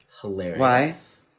Hilarious